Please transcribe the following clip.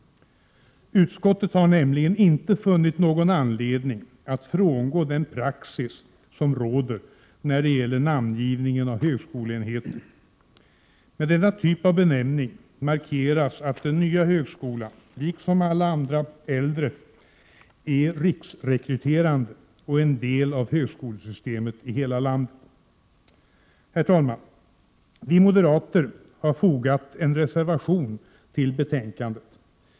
Utskottet har nämligen inte funnit någon anledning att frångå den praxis som råder när det gäller namngivningen av högskoleenheter. Med denna typ av benämning markeras att den nya högskolan, liksom alla de äldre, är riksrekryterande och en del av högskolesystemet i hela landet. Herr talman! Vi moderater har fogat en reservation till betänkandet.